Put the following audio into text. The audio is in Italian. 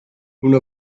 una